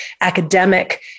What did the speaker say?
academic